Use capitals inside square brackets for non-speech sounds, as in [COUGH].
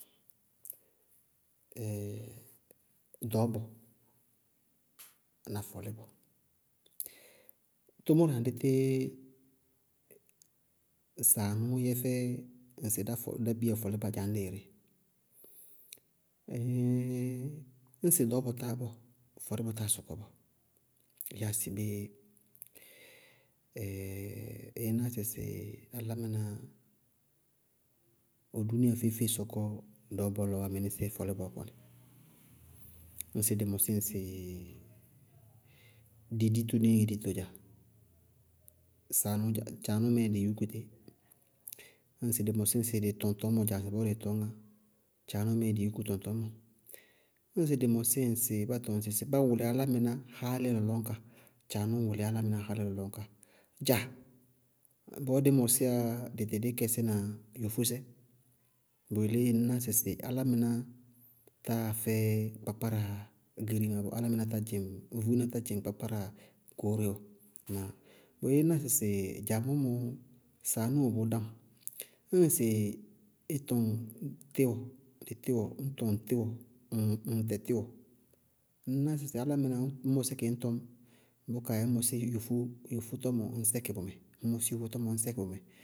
[HESITATION] ɖɔɔbɔ [NOISE] na fɔlɩbɔ, tʋmʋrɛ aŋdɩɩ [HESITATION] té ŋsɩ aŋñʋʋ yɛ fɛ ŋsɩ dá fɛ- dá biya fɔlɩba dza ñdɛ ire? [HESITATION] ñŋsɩ ɖɔɔbɔ táábɔɔ, fɔlɩbɔ táa sɔkɔ bɔɔ. Yáa sɩ bé? [HESITATION] ɩɩ ná sɩsɩ álámɩná, ɔ dúúnia feé- feé, bʋ sɔkɔ ɖɔɔbɔ lɔɔwá mɩnɩsɩɩ fɔlɩbɔɔ kɔnɩ. Ñŋsɩ dɩ mɔsɩ sɩ dɩ dito nɩŋɛ ditɔ dza, tchaanʋʋ mɛɛ dɩ yúku tɩ, ñŋsɩ dɩ mɔsɩ dɩ tɔŋtɔñmɔ dza ŋsɩbɔɔ dɩɩ tɔñŋá, tchaanʋʋ mɛɛ dɩ yúku dɩ tɔŋtɔñmɔ, ñŋsɩ dɩ mɔsɩ ŋsɩ bátɔŋ sɩ bá wʋlɩ álámɩná háálɩ lɔlɔñka, tchaanʋʋ wʋlɩ álámɩná háálɩ lɔlɔñka. Tcha bɔɔ dɩ mɔsɩyá dɩtɩ dɩɩ kɛsɩna yofósɛ, bʋ yelé ñŋ ná sɩsɩ álámɩná táa fɛ kpápkáráa girimá bɔɔ, álámɩná tá dzɩŋ vuúna tá dzɩŋ kpápkáráa goóre bɔɔ. Ŋnáa? Tɔ ɩɩ ná sɩsɩ dza boémɔ mɔ, dza, saanʋʋ wɛ bʋʋdáŋ. Ñŋsɩ ɩ tɔŋ tɩwɔ, ŋ tɩwɔ dɩ tɔŋ tɩwɔ, ŋŋtɛ tɩwɔ, ŋñná sɩsɩ álámɩná, ñŋ mɔsɩ kɩ ŋñ tɔñ, bʋ kaayɛ ŋñ mɔsɩ yofó tɔmɔ ŋñ sɛkɩ bʋmɛ, ŋñ mɔsɩ yofó tɔmɔ ŋñ sɛkɩ bʋmɛ.